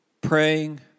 praying